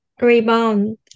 rebound